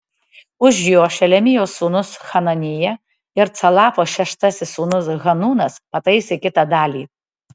už jo šelemijos sūnus hananija ir calafo šeštasis sūnus hanūnas pataisė kitą dalį